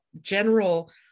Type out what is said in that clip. general